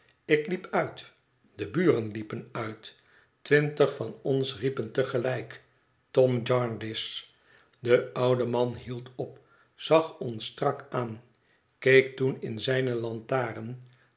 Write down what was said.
ik liep uit de buren liepen uit twintig van ons riepen te gelijk tom jarndyce de oude man hield op zag ons strak aan keek toen in zijne lantaren